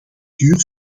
duur